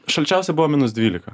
šalčiausia buvo minus dvylika